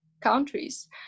countries